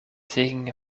taking